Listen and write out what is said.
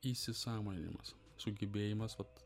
įsisąmoninimas sugebėjimas vat